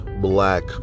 black